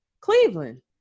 Cleveland